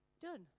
Done